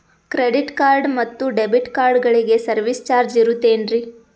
Credit card ಮತ್ತು debit ಕಾರ್ಡಗಳಿಗೆ service charge ಇರುತೇನ್ರಿ?